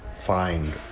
find